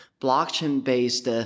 blockchain-based